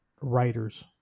writers